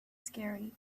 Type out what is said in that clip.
scary